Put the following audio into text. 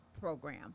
program